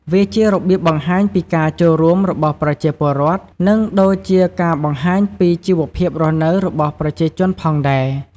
វាជារបៀបបង្ហាញពីការចូលរួមរបស់ប្រជាពលរដ្ឋ និងដូចជាការបង្ហាញពីជីវភាពរស់នៅរបស់ប្រជាជនផងដែរ។